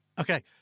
Okay